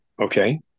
Okay